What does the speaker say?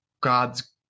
God's